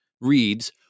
reads